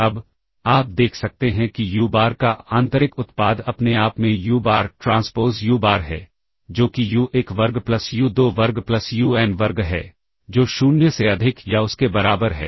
अब आप देख सकते हैं कि यू बार का आंतरिक उत्पाद अपने आप में u bar transpose u bar है जो कि यू 1 वर्ग प्लस यू 2 वर्ग प्लस यू एन वर्ग है जो 0 से अधिक या उसके बराबर है